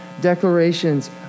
declarations